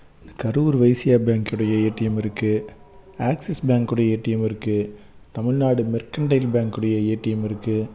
இந்த கரூர் வைஸியா பேங்க் உடைய ஏடிஎம் இருக்கு ஆக்சிஸ் பேங்க் உடைய ஏடிஎம் இருக்கு தமிழ்நாடு மெர்க் இண்டியன் பேங்க் உடைய ஏடிஎம் இருக்கு